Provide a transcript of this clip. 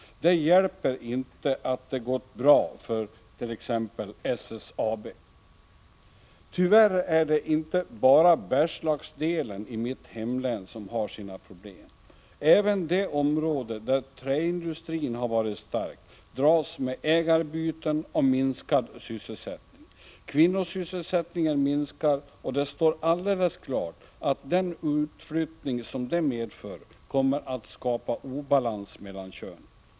Det hjälper inte att det har gått bra för t.ex. SSAB. Tyvärr är det inte bara Bergslagsdelen i mitt hemlän som har sina problem. Även det område där träindustrin har varit stark dras med ägarbyten och minskad sysselsättning. Kvinnosysselsättningen minskar, och det står alldeles klart att den utflyttning som det medför kommer att skapa obalans mellan könen.